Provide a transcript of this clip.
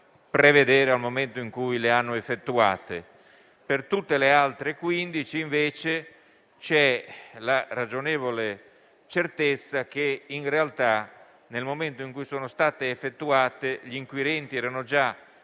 prevedere al momento in cui le hanno effettuate. Per tutte le altre 15 c'è invece la ragionevole certezza che, in realtà, nel momento in cui sono state effettuate, gli inquirenti erano già